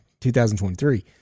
2023